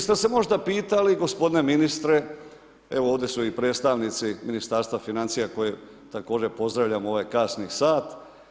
Jeste se možda pitali gospodine ministre, evo ovdje su i predstavnici Ministarstva financija, koje također pozdravljam u ovaj kasni sat.